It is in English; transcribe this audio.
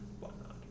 whatnot